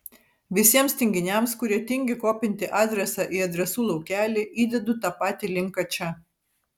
visiems tinginiams kurie tingi kopinti adresą į adresų laukelį įdedu tą patį linką čia